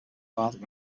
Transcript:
father